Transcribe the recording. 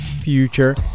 future